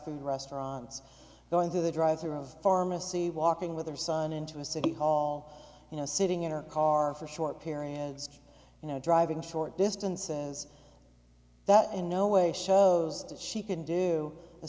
food restaurants going through the drive through of pharmacy walking with her son into a city hall you know sitting in her car for short periods you know driving short distances that in no way shows that she can do a